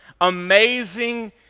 amazing